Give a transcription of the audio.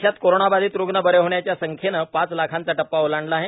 देशात कोरोनाबाधित रुग्ण बरे होण्याच्या संख्येनं पाच लाखांचा टप्पा ओलांडला आहे